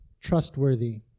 trustworthy